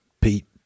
Pete